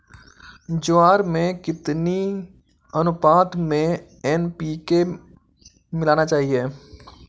ज्वार में कितनी अनुपात में एन.पी.के मिलाना चाहिए?